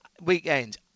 weekend